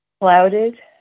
clouded